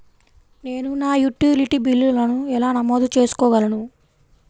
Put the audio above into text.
నేను నా యుటిలిటీ బిల్లులను ఎలా నమోదు చేసుకోగలను?